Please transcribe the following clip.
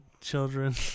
children